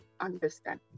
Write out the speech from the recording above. understand